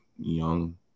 young